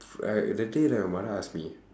like that day right my mother ask me